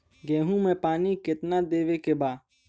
गेहूँ मे पानी कितनादेवे के बा?